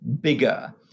bigger